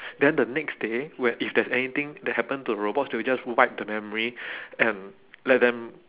then the next day when if there's anything that happen to the robots they'll just wipe the memory and let them